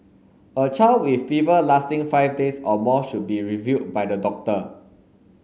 a child with fever lasting five days or more should be reviewed by the doctor